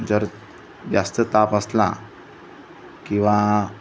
जर जास्त ताप असला किंवा